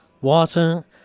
water